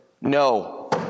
no